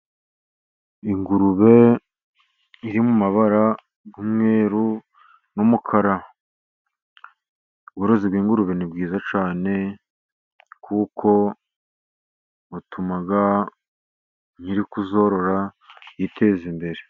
Ingurube iri mu mabara y'umweru n'umukara. Ubworozi bw'ingurube ni bwiza cyane, kuko butuma nyiri ukuzorora yiteza imbere.